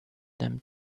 them